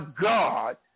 God